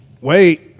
Wait